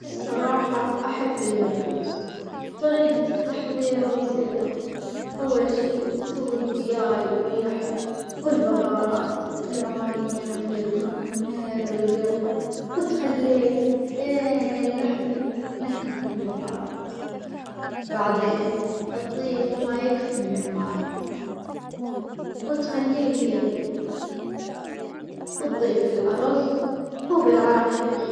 الصراحة أحب المجبوس، طريقة التحظير بسيطة، أول شي تسوي الدياي واللحم والبهارات العمانية مثل الكركم هيل والجرفة وتخليه لين اللحم يتنكه بالبهارات، بعدين تظيف ما يكفي من الماي وتخليه يغلي وتظيف الأرز وبالعافية.